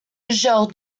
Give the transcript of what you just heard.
genre